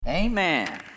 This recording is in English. amen